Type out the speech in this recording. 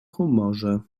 humorze